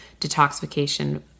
detoxification